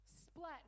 splat